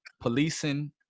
policing